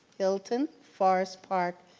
hilton, forest park,